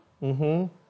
mmhmm